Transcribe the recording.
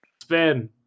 Spin